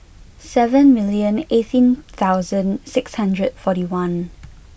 seven million eighteen thousand six hundred and forty one